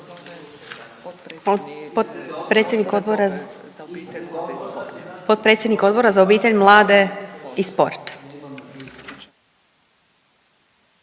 potpredsjednik Odbora za obitelj, mlade i sport,